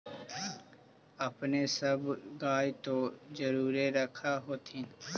अपने सब गाय तो जरुरे रख होत्थिन?